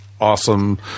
awesome